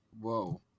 whoa